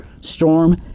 storm